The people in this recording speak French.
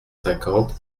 cinquante